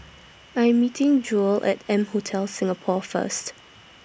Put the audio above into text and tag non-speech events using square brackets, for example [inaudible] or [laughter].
[noise] I Am meeting Jewell At M Hotel Singapore First